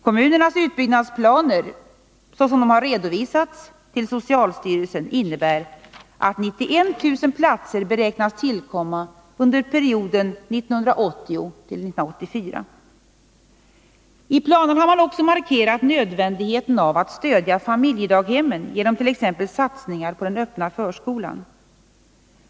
Kommunernas utbyggnadsplaner, såsom de har redovisats till socialstyrelsen, innebär att 91000 platser beräknas tillkomma under perioden 1980-1984. I planerna har man också markerat nödvändigheten av att stödja familjedaghemmen genom t.ex. satsningar på den öppna förskolan.